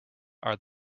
are